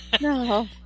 No